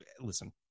listen